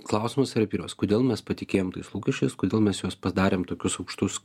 klausimas yra pirmas kodėl mes patikėjom tais lūkesčiais kodėl mes juos padarėm tokius aukštus